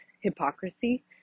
hypocrisy